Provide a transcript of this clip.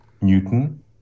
Newton